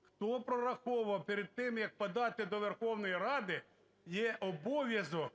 Хто прораховував перед тим, як подати до Верховної Ради? Є обов'язок